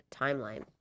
Timeline